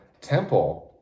Temple